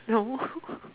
no